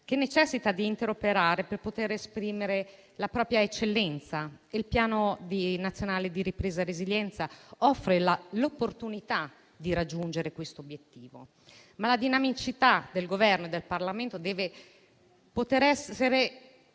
che necessita di interoperare per poter esprimere la propria eccellenza. Il Piano nazionale di ripresa e resilienza offre l'opportunità di raggiungere quest'obiettivo. La dinamicità del Governo e del Parlamento deve però poter essere